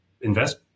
invest